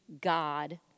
God